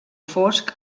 fosc